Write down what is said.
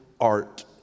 art